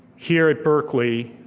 here at berkeley